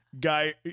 Guy